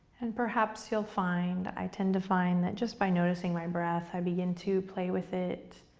and perhaps you'll find, i tend to find that just by noticing my breath, i begin to play with it.